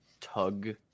tug